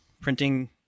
printing